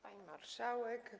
Pani Marszałek!